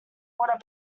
order